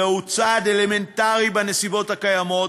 זה צעד אלמנטרי בנסיבות הקיימות,